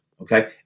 okay